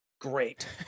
Great